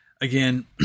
again